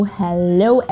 hello